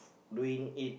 doing it